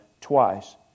twice